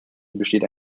besteht